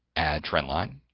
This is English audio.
trend-line.